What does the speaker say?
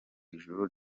ijuru